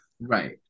right